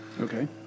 Okay